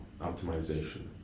optimization